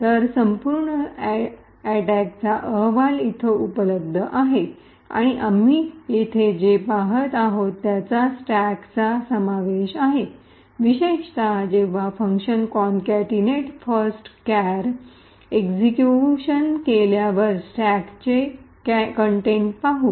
तर संपूर्ण अटैकचा अहवाल येथे उपलब्ध आहे आणि आम्ही येथे जे पहात आहोत त्यात स्टॅकचा समावेश आहे विशेषतः जेव्हा function concatenate first char concatenate first chars execution केल्यावर स्टॅकचे कंटेंट पाहू